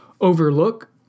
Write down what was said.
overlook